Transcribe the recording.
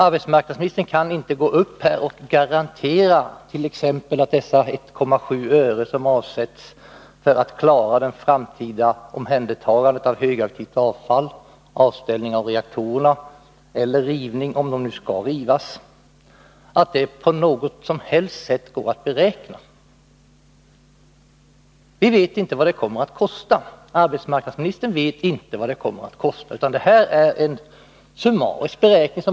Arbetsmarknadsministern kan inte gå upp här och lämna några garantier t.ex. när det gäller de 1,7 öre som avsätts för att vi skall klara det framtida omhändertagandet av högaktivt avfall, avställning av reaktorerna eller rivning — om de nu skall rivas. Det går inte att på något som helst sätt beräkna detta. Vi vet ju inte vad det kommer att kosta, och det vet inte heller arbetsmarknadsministern. Det här är bara en summarisk beräkning.